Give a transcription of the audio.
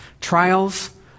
Trials